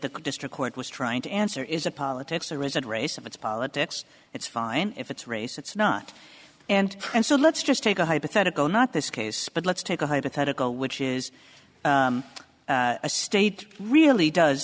the district court was trying to answer is a politics or is it race of it's politics it's fine if it's race it's not and and so let's just take a hypothetical not this case but let's take a hypothetical which is a state really does